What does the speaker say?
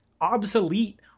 obsolete